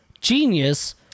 genius